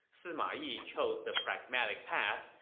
sima yi chose the pragmatic path,